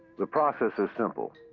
the process is simple.